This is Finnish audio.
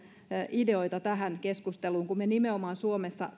ideoita tähän keskusteluun kun me suomessa